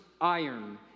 iron